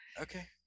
Okay